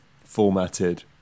formatted